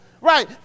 Right